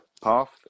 path